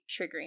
triggering